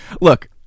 look